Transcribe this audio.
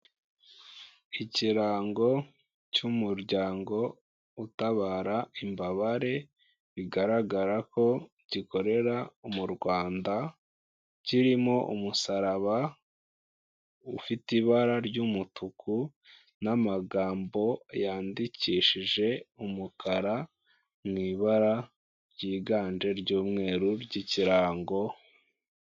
Ikirango cy'umuryango utabara imbabare, bigaragara ko gikorera mu Rwanda kirimo umusaraba ufite ibara ry'umutuku n'amagambo yandikishije umukara mu ibara ryiganje ry'umweru ry'ikirango.